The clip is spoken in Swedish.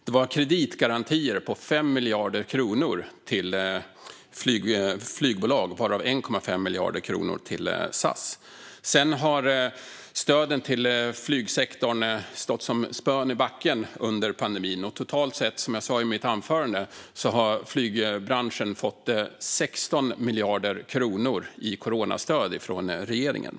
Det var kreditgarantier på 5 miljarder kronor till flygbolag, varav 1,5 miljarder kronor till SAS. Sedan har stöden till flygsektorn stått som spön i backen under pandemin. Totalt sett har flygbranschen, som jag sa i mitt anförande, fått 16 miljarder kronor i coronastöd från regeringen.